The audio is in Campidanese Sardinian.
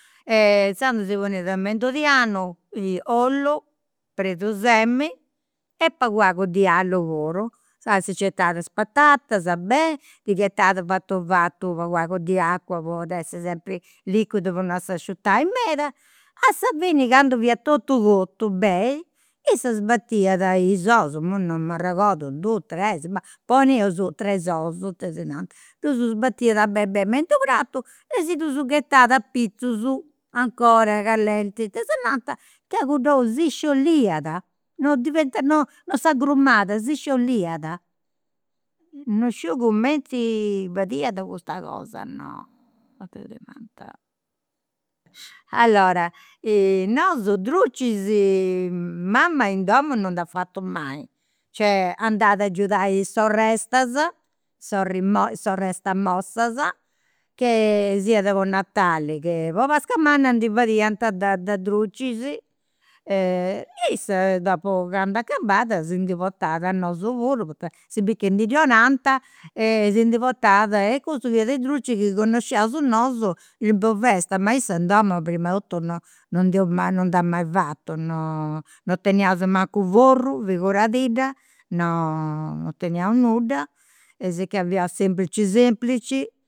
Inzandus si poniat me in d'unu tianu, ollu, perdusemini, e pagu pagu di allu puru. Inzaras si nci 'etat is patatas beni, ddi ghetat fatu vatu pagu pagu di acua po dd'essi sempri liquidu po non s'asciutai meda. A sa fini candu fiat totu cotu beni, issa sbatiat is ous, imui non m'arregodu dus tres, ma poneus tres ous, tesinanta. Ddus sbatiat beni beni me in d'unu pratu e si ddus ghetat apizus, ancora callenti, tesinanta, chi cuddu si sciolliat, non diventa, non non s'agrumat, si sciolliat. Non sciu cumenti fadiat custa cosa, no. Allora, nosu drucis, mama in domu non nd'at fatu mai, cioè, andat agiudai is sorrestas, sorrestas Mossasa, che siat po natali che po pasca manna ndi fadiant de de drucis e issa dopu candu acabada si ndi portat a nosu puru, poita si biri ndi 'onant e si ndi portat. E cussus fiant i' drucis chi connosciaus nosu in d'una festa, ma issa in domu prim'e totu no non dd'at mai fatu no, non teniaus mancu forru, figuradidda, non non teniaus nudda e sicchè semplici semplici